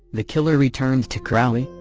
the killer returned to crowley,